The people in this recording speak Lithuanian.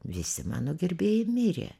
visi mano gerbėjai mirė